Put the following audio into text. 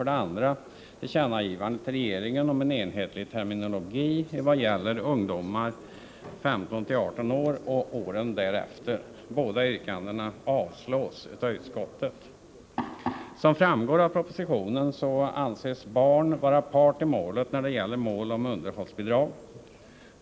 Tillkännagivande till regeringen om en enhetlig terminologi i vad gäller ungdomar 15 — 18 år och åren därefter. Som framgår av propositionen anses barnet vara part i målet när det gäller mål om underhållsbidrag.